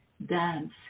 dance